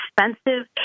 expensive